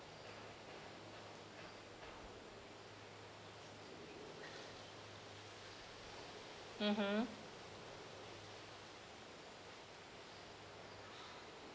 mmhmm